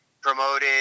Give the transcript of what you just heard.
promoted